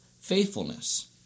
faithfulness